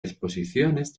exposiciones